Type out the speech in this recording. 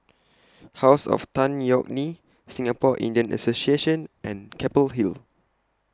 House of Tan Yeok Nee Singapore Indian Association and Keppel Hill